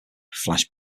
flash